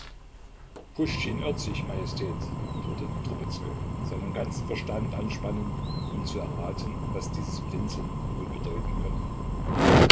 puschtschin irrt sich majestät antwortete trubezkoi seinen ganzen verstand anspannend um zu erraten was dieses blinzeln wohl bedeuten könne